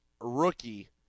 rookie